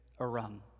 arum